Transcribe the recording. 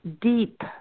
deep